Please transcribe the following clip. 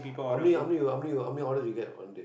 how many how many how many how many orders you get one day